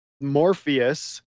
Morpheus